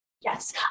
Yes